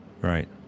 Right